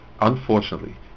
Unfortunately